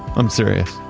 i'm serious.